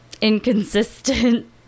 inconsistent